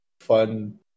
fun